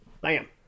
Bam